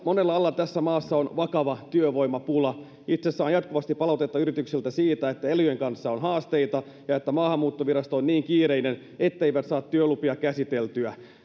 monella alalla tässä maassa on vakava työvoimapula itse saan jatkuvasti palautetta yrityksiltä siitä että elyjen kanssa on haasteita ja että maahanmuuttovirasto on niin kiireinen ettei saa työlupia käsiteltyä